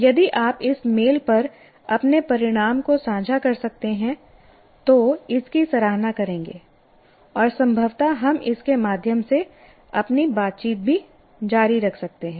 यदि आप इस मेल पर अपने परिणाम साझा कर सकते हैं तो हम इसकी सराहना करेंगे और संभवत हम इसके माध्यम से अपनी बातचीत भी जारी रख सकते हैं